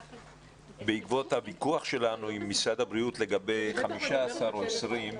בעקבות הוויכוח שלנו עם משרד הבריאות לגבי 15 או 20,